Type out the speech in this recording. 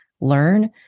learn